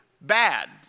bad